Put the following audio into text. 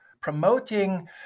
promoting